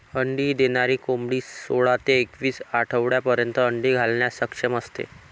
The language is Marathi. अंडी देणारी कोंबडी सोळा ते एकवीस आठवड्यांपर्यंत अंडी घालण्यास सक्षम असते